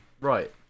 Right